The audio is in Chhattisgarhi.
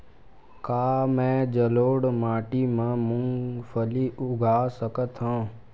का मैं जलोढ़ माटी म मूंगफली उगा सकत हंव?